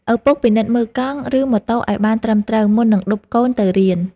ឪពុកពិនិត្យមើលកង់ ឬម៉ូតូឱ្យបានត្រឹមត្រូវ មុននឹងឌុបកូនទៅរៀន។